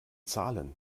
zahlen